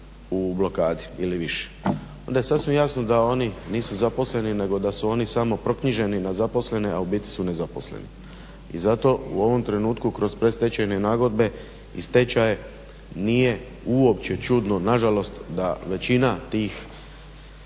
u blokadi ili više, onda je sasvim jasno da oni nisu zaposleni nego da su oni samo proknjiženi na zaposlene a ubiti su nezaposlenih. I zato u ovom trenutku kroz predstečajne nagodbe i stečaje nije uopće čudno nažalost da većina tih